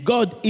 God